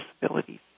disabilities